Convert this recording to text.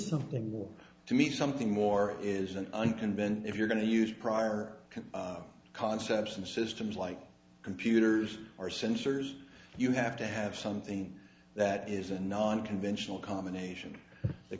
something more to me something more is an unconventional if you're going to use prior concepts and systems like computers or sensors you have to have something that is a non conventional combination the